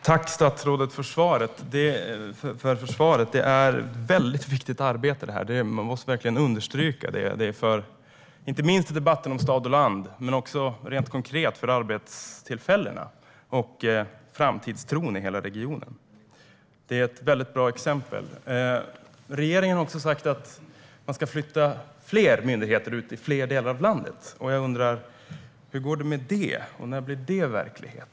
Herr talman! Jag tackar statsrådet för svaret. Detta är ett mycket viktigt arbete, det måste jag verkligen understryka, inte minst när det gäller debatten om stad och land men också rent konkret när det gäller arbetstillfällena och framtidstron i hela regionen. Det är ett mycket bra exempel. Regeringen har också sagt att man ska flytta fler myndigheter ut till fler delar av landet. Jag undrar hur det går med detta och när det blir verklighet.